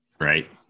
right